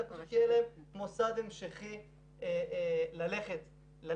אלא פשוט כי אין להם מוסד המשכי ללכת אליו.